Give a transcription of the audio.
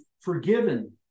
forgiven